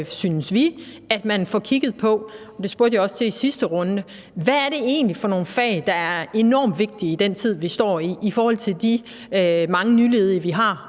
synes vi, at man får kigget på – og det spurgte jeg også til i sidste runde: Hvad er det egentlig for nogle fag, der er enormt vigtige i den tid, vi står i, i forhold til de mange nyledige, vi har,